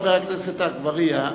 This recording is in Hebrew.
חבר הכנסת אגבאריה,